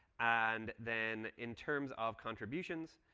and then in terms of contributions,